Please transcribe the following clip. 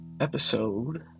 episode